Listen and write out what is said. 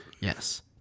Yes